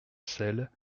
celles